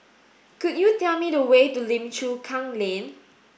could you tell me the way to Lim Chu Kang Lane